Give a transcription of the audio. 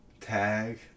tag